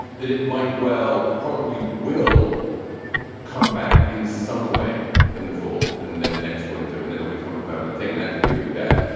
that it might well, it probably will come back in some way in the fall and then next winter and then it'll become a permanent thing. and that could be really bad.